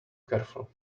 careful